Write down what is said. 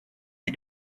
you